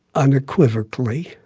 unequivocally.